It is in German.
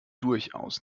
durchaus